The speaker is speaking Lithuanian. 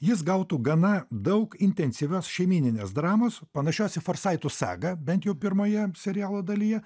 jis gautų gana daug intensyvios šeimyninės dramos panašios į forsaitų sagą bent jau pirmoje serialo dalyje